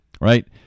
right